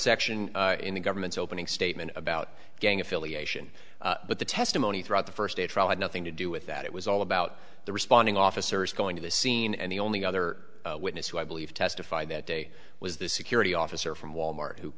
section in the government's opening statement about gang affiliation but the testimony throughout the first day of trial had nothing to do with that it was all about the responding officers going to the scene and the only other witness who i believe testified that day was the security officer from wal mart who